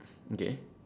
okay